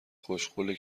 خوشقوله